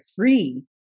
free